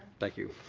thank you.